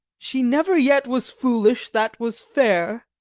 she never yet was foolish that was fair